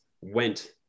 went